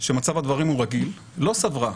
שמצב הדברים הוא רגיל, לא סברה